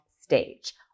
stage